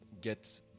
get